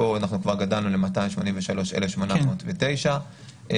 פה אנחנו כבר גדלנו ל-283,809